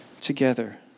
Together